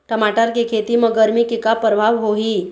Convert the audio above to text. टमाटर के खेती म गरमी के का परभाव होही?